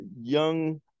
young